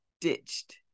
ditched